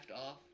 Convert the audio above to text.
off